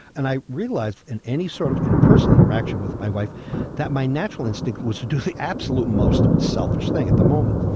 and i realised in any sort of interpersonal interaction with my wife that my natural instinct was to do the absolute most selfish thing at the moment.